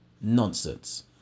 Nonsense